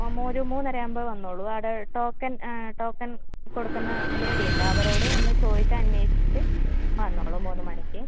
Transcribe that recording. ആ ഒരു മൂന്നര ആവുമ്പോൾ വന്നോളൂ അവിടെ ടോക്കൺ ടോക്കൺ കൊടുക്കുന്ന ലേഡി ഉണ്ട് അവരോട് ഒന്ന് ചോദിച്ച് അന്വേഷിച്ചിട്ട് വന്നോളൂ മൂന്ന് മണിക്ക്